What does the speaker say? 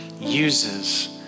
uses